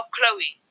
Chloe